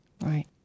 Right